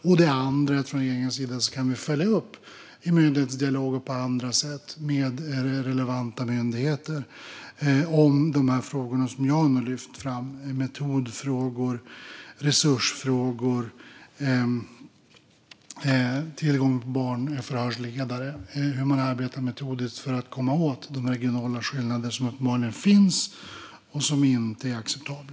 Det andra är att vi från regeringens sida i myndighetsdialog med relevanta myndigheter och på andra sätt kan följa upp de frågor som jag nu lyft fram. Det handlar om metodfrågor, resursfrågor, tillgången på barnförhörsledare och hur man arbetar metodiskt för att komma åt de regionala skillnader som uppenbarligen finns och som inte är acceptabla.